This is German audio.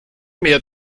mehr